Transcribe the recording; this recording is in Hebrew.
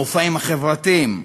המופעים החברתיים,